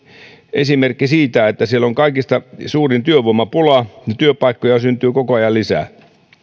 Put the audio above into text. esimerkki siitä että siellä on kaikista suurin työvoimapula ja työpaikkoja syntyy koko ajan lisää